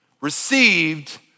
received